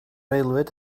aelwyd